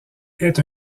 est